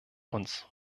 uns